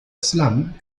slum